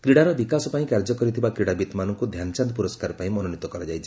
କ୍ରୀଡ଼ାର ବିକାଶ ପାଇଁ କାର୍ଯ୍ୟ କରିଥିବା କ୍ରୀଡ଼ାବିତ୍ମାନଙ୍କୁ ଧ୍ୟାନଚାନ୍ଦ ପୁରସ୍କାର ପାଇଁ ମନୋନୀତ କରାଯାଇଛି